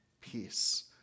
peace